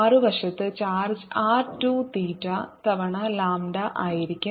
മറുവശത്ത് charge r 2 തീറ്റ തവണ ലാംഡയായിരിക്കും